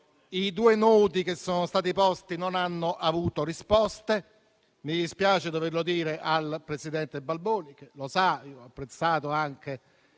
I due nodi posti non hanno avuto risposte e mi dispiace doverlo dire al presidente Balboni, che sa che ho apprezzato anche